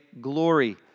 glory